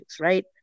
right